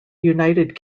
united